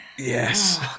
Yes